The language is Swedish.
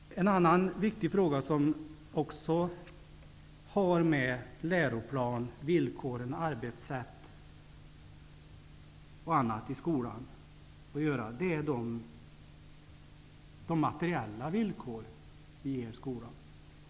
En annan viktig fråga som har med läroplan, arbetssätt och annat i skolan att göra är de materiella villkoren i en skola.